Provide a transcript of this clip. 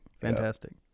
Fantastic